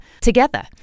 together